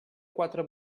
quatre